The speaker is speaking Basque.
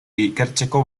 ikertzeko